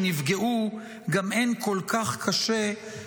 שנפגעו גם הן כל כך קשה,